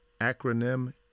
acronym